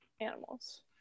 animals